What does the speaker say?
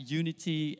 unity